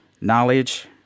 knowledge